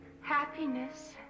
happiness